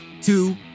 two